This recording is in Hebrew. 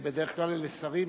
בדרך כלל אלה שרים